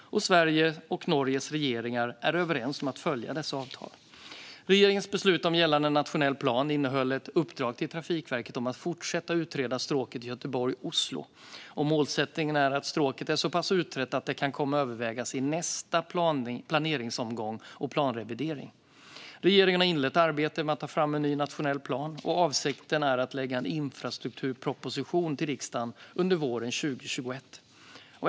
Sveriges och Norges regeringar är överens om att följa dessa avtal. Regeringens beslut om gällande nationell plan innehöll ett uppdrag till Trafikverket om att fortsätta att utreda stråket Göteborg-Oslo. Målsättningen är att stråket är så pass utrett att det kan övervägas i nästa planeringsomgång och planrevidering. Regeringen har inlett arbetet med att ta fram en ny nationell plan. Avsikten är att lägga fram en infrastrukturproposition till riksdagen under våren 2021.